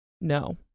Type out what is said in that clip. no